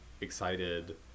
excited